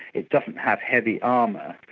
it doesn't have heavy armour,